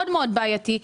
מאוד-מאוד בעייתי.